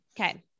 okay